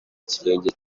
kirenge